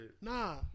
Nah